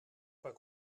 pas